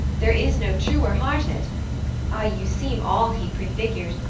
there is no truer-hearted ah, you seem all he prefigured,